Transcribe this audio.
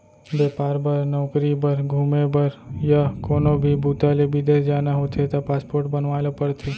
बेपार बर, नउकरी बर, घूमे बर य कोनो भी बूता ले बिदेस जाना होथे त पासपोर्ट बनवाए ल परथे